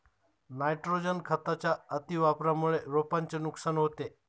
nitrogen खताच्या अतिवापरामुळे रोपांचे नुकसान होते